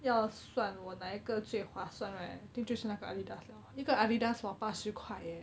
要算我哪一个最划算 right I think 就是那个 adidas liao 那个 adidas !wah! 八十块 eh